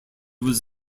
was